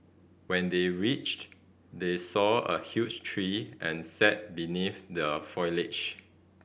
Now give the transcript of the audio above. when they reached they saw a huge tree and sat beneath the foliage